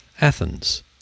Athens